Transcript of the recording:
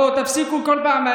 בואו, תפסיקו כל פעם.